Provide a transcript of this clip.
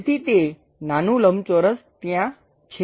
તેથી તે નાનું લંબચોરસ ત્યાં છે